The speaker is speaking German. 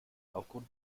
aufgrund